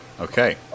Okay